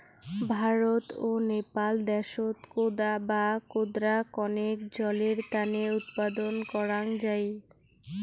ভারত ও নেপাল দ্যাশত কোদা বা কোদরা কণেক জলের তানে উৎপাদন করাং যাই